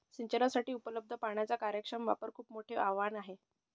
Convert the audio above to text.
सिंचनासाठी उपलब्ध पाण्याचा कार्यक्षम वापर खूप मोठं आवाहन आहे